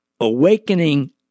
awakening